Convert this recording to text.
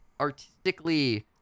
artistically